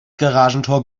garagentor